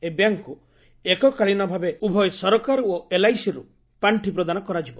ଏହି ବ୍ୟାଙ୍କ୍କୁ ଏକାକାଳୀନ ଭାବେ ଉଭୟ ସରକାର ଓ ଏଲ୍ଆଇସିରୁ ପାର୍ଷି ପ୍ରଦାନ କରାଯିବ